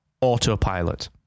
autopilot